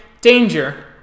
danger